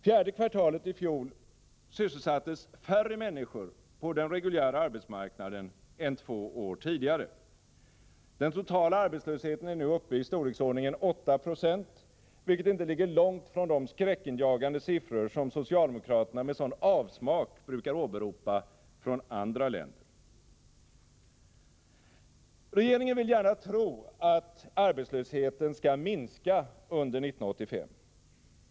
Fjärde kvartalet i fjol sysselsattes färre människor på den reguljära arbetsmarknaden än två år tidigare. Den totala arbetslösheten är uppe i storleksordningen 8 I, vilket inte ligger långt från de skräckinjagande siffror som socialdemokraterna med sådan avsmak brukar åberopa från andra länder. Regeringen vill gärna tro att arbetslösheten skall minska under 1985.